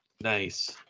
Nice